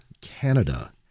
Canada